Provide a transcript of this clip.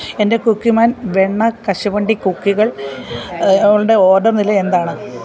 എന്റെ കുക്കിമാൻ വെണ്ണ കശുവണ്ടി കുക്കികൾ ളുടെ ഓർഡർ നില എന്താണ്